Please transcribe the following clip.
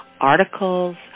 articles